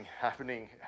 happening